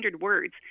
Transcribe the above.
words